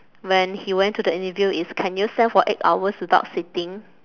when he went to the interview is can you stand for eight hours without sitting